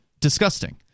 disgusting